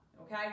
Okay